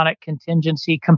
contingency